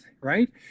right